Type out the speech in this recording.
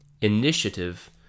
Initiative